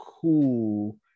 cool